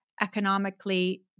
economically